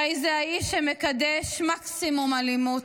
הרי זה האיש שמקדש מקסימום אלימות,